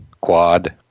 quad